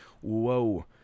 whoa